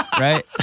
Right